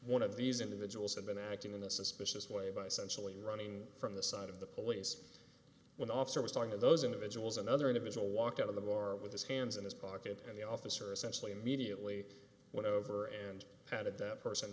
one of these individuals had been acting in a suspicious way by sensually running from the side of the police when the officer was talking to those individuals another individual walked out of the bar with his hands in his pocket and the officer essentially immediately went over and patted that person